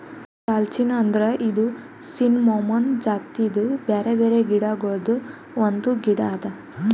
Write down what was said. ದಾಲ್ಚಿನ್ನಿ ಅಂದುರ್ ಇದು ಸಿನ್ನಮೋಮಮ್ ಜಾತಿದು ಬ್ಯಾರೆ ಬ್ಯಾರೆ ಗಿಡ ಗೊಳ್ದಾಂದು ಒಂದು ಗಿಡ ಅದಾ